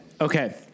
Okay